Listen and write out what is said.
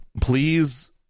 please